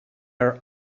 are